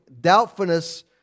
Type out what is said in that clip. doubtfulness